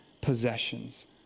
possessions